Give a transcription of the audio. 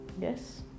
yes